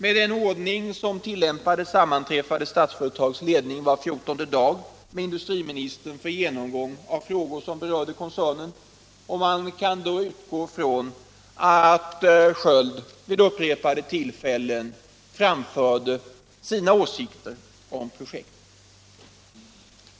Enligt den ordning som då tillämpades sammanträffade Statsföretags ledning var fjortonde dag med industriministern för genomgång av frågor som berörde koncernen, och man kan utgå ifrån att Sköld vid upprepade tillfällen framförde sina åsikter om projektet.